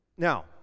Now